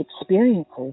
experiences